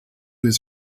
his